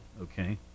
okay